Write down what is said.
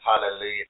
Hallelujah